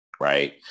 Right